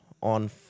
on